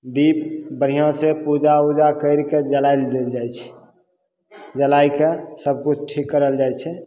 दीप बढ़िआँसे पूजा उजा करिके जरै देल जाइ छै जलैके सबकिछु ठीक करल जाइ छै